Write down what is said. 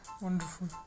wonderful